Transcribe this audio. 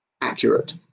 accurate